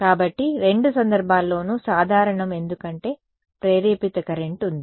కాబట్టి రెండు సందర్భాల్లోనూ సాధారణం ఎందుకంటే ప్రేరేపిత కరెంట్ ఉంది